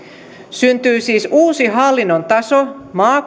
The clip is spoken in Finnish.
syntyy siis uusi hallinnon taso